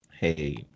hey